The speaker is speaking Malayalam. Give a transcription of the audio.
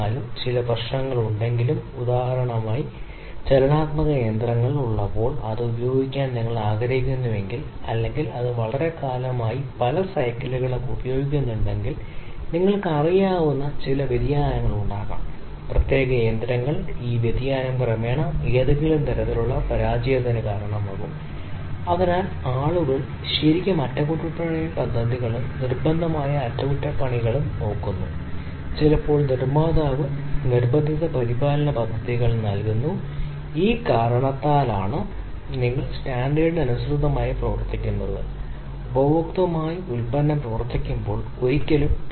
998 ലെവലിൽ തുടർച്ചയായി എന്തെങ്കിലും ഉൽപാദിപ്പിക്കുന്നതിനുള്ള പ്രക്രിയ ഇപ്പോഴും മുകളിലെയും താഴത്തെയും സവിശേഷത പരിധിക്കുള്ളിലാണ് പക്ഷേ ഇത് തീർച്ചയായും സംഭാവന ചെയ്യണം ഈ നഷ്ടം സംഭവിക്കുന്ന ഒരു നഷ്ടത്തിന്റെ വെർച്വൽ സൂചകമായി സൂചിപ്പിക്കുന്ന ഒരു സൂചകത്തിലേക്ക് ചില എതിർ നടപടികളിലൂടെ ദാർശനികമായി കൈകാര്യം ചെയ്യുന്നു ചില തീരുമാനങ്ങൾ എടുക്കുന്നുbഭരണത്തിന്റെ അതിനാൽ അത് ഇപ്പോൾ പൂജ്യത്തിലേക്ക് മടങ്ങിവരുന്നു അതിനാൽ ടാഗുച്ചി നഷ്ടപ്പെടുന്നത് അതാണ്bഫംഗ്ഷൻ സംസാരിക്കുന്നു